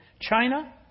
China